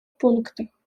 пунктах